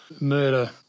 Murder